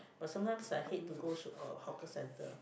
but sometimes I hate to go to uh hawker centre